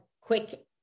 quick